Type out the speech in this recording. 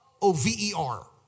O-V-E-R